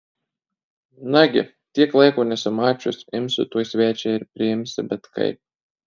nagi tiek laiko nesimačius imsi tuoj svečią ir priimsi bet kaip